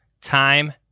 time